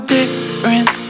different